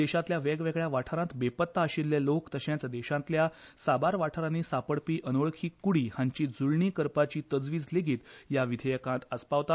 देशातल्या वेगवेगळ्या वाठारात बेपत्ता आशिल्ले लोक तर्शेच देशातल्या साबार वाठारानी सापडपी अनवळखी कुडी हांची जुळणी करपाची तजवीज लेगीत ह्या विधेयकांत आस्पावता